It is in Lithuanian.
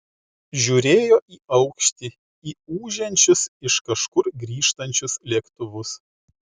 žiūrėjo į aukštį į ūžiančius iš kažkur grįžtančius lėktuvus